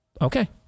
okay